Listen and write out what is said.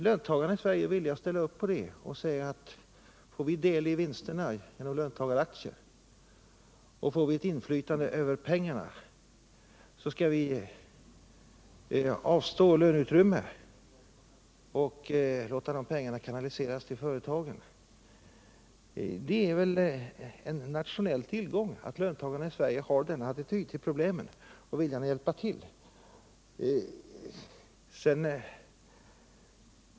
Sveriges löntagare är villiga att ställa upp på detta och säga: Får vi del i vinsterna genom löntagaraktier och får vi ett inflytande över investeringarna skall vi avstå löneutrymme och låta pengar kanaliseras till företagen. Det är väl en nationell tillgång att löntagarna i Sverige har denna attityd till problemen och viljan att hjälpa till.